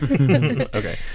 Okay